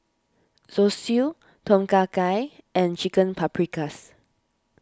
Zosui Tom Kha Gai and Chicken Paprikas